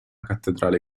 cattedrale